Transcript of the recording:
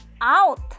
out